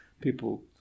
people